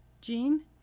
gene